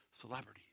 celebrities